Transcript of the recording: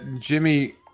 Jimmy